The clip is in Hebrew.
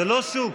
זה לא שוק.